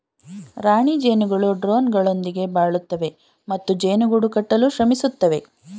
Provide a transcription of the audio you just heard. ರಾಣಿ ಜೇನುಗಳು ಡ್ರೋನ್ಗಳೊಂದಿಗೆ ಬಾಳುತ್ತವೆ ಮತ್ತು ಜೇನು ಗೂಡು ಕಟ್ಟಲು ಶ್ರಮಿಸುತ್ತವೆ